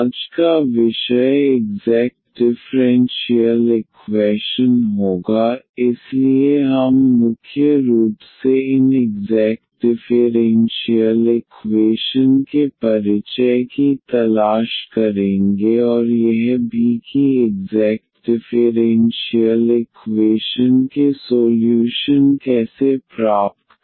आज का विषय इग्ज़ैक्ट डिफ़्रेंशियल इक्वैशन होगा इसलिए हम मुख्य रूप से इन इग्ज़ैक्ट डिफ़ेरेन्शियल इक्वेशन के परिचय की तलाश करेंगे और यह भी कि इग्ज़ैक्ट डिफ़ेरेन्शियल इक्वेशन के सोल्यूशन कैसे प्राप्त करें